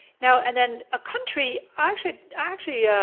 now and then a country, actually actually yeah